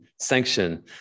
sanction